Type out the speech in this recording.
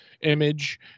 image